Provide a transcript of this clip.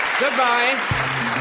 Goodbye